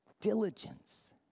diligence